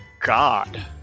God